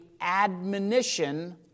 admonition